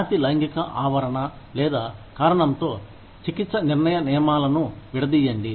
జాతి లైంగిక ఆవరణ లేదా కారణంతో చికిత్స నిర్ణయ నియమాలను విడదీయండి